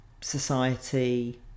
society